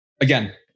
again